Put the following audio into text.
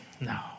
No